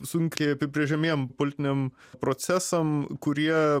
sunkiai apibrėžiamiem politiniam procesam kurie